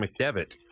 McDevitt